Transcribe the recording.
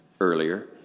earlier